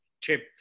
chip